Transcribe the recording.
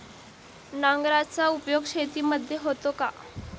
नांगराचा उपयोग शेतीमध्ये होतो का?